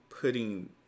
putting